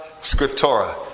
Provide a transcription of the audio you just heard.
scriptura